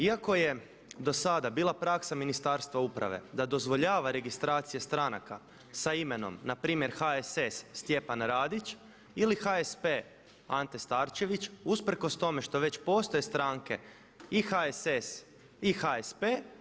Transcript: Iako je dosada bila praksa Ministarstva uprave da dozvoljava registracije stranaka sa imenom npr. HSS Stjepan Radić ili HSP Ante Starčević usprkos tome što već postoje stranke i HSS i HSP.